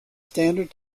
standard